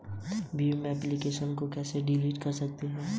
Bhim application को किस संस्था ने विकसित किया है कृपया बताइए?